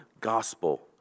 gospel